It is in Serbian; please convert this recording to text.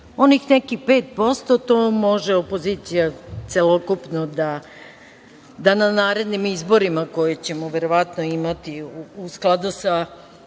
onih nekih pet posto to može opozicija celokupna da na narednim izborima koje ćemo verovatno imati u skladu sa